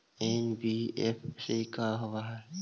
NBFC का होब?